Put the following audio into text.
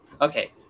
okay